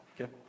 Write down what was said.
Okay